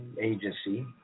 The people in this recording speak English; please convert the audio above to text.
agency